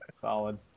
Solid